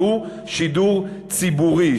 והוא שידור ציבורי.